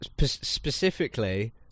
specifically